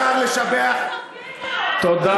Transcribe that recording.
תודה,